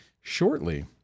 shortly